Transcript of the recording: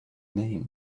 name